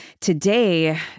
today